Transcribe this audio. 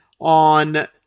on